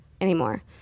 anymore